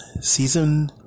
season